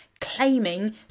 claiming